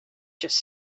just